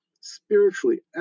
spiritually